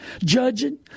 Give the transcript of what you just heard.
Judging